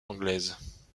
anglaise